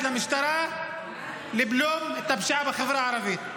למשטרה לבלום את הפשיעה בחברה הערבית.